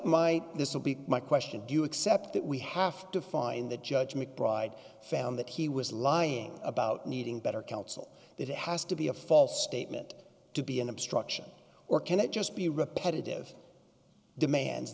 my this will be my question do you accept that we have to find the judge mcbryde found that he was lying about needing better counsel that it has to be a false statement to be an obstruction or can it just be repetitive demands